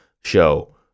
show